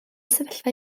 sefyllfa